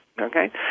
okay